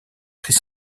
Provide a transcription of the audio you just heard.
prix